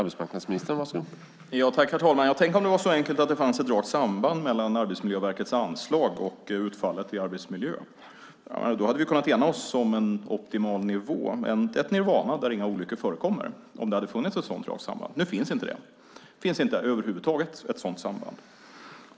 Herr talman! Tänk om det var så enkelt att det fanns ett rakt samband mellan Arbetsmiljöverkets anslag och utfallet i arbetsmiljö! Då hade vi kunnat ena oss om en optimal nivå - ett nirvana där inga olyckor förekommer. Men nu finns det inte något sådant rakt samband. Det finns inte något sådant samband över huvud taget.